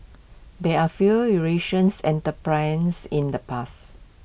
there are few Eurasians entrepreneurs in the past